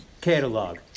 catalog